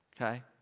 okay